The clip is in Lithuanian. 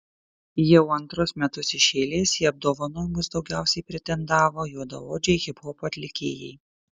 jau antrus metus iš eilės į apdovanojimus daugiausiai pretendavo juodaodžiai hiphopo atlikėjai